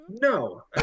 No